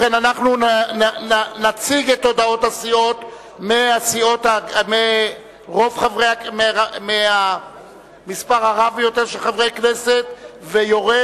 אנחנו נציג את הודעות הסיעות מהמספר הרב ביותר של חברי הכנסת ומטה,